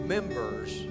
members